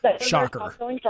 Shocker